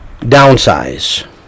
downsize